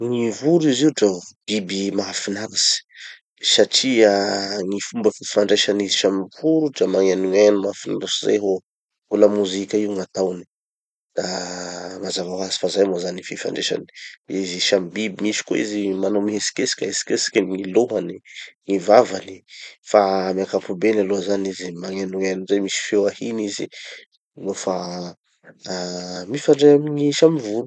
Gny voro izy io dra[vo] biby mahafinaritsy satria gny fomba fifandraisan'izy samy voro dra magnenogneno mahafinaritry zay ho- ho lamozika io gnataony. Da mazava hoazy fa zay moa zany gny fifandraisany, izy samy biby. Misy koa izy manao mihetsiketsiky ahetsiketsiky amy gny lohany, gny vavany, fa amy ankapobeny aloha zany izy magnenogneno zay misy feo ahiny izy nofa ah mifandray amy gny samy voro.